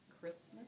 Christmas